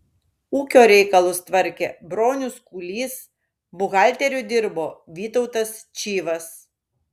ūkio reikalus tvarkė bronius kūlys buhalteriu dirbo vytautas čyvas